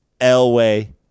Elway